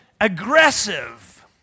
aggressive